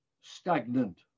stagnant